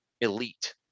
elite